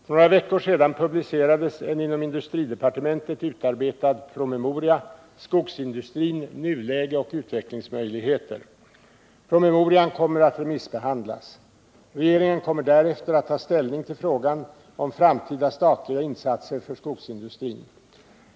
För några veckor sedan publicerades en inom industridepartementet utarbetad promemoria, Skogsindustrin — nuläge och utvecklingsmöjligheter . Promemorian kommer nu att remissbehandlas. Regeringen kommer därefter att ta ställning till frågan om framtida statliga insatser för skogsindustrin.